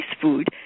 food